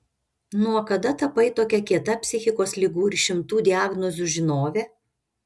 nuo kada tapai tokia kieta psichikos ligų ir šimtų diagnozių žinove